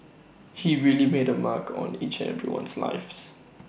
he really made A mark on each and everyone's life's